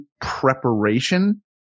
preparation